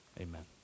amen